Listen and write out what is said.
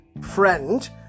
friend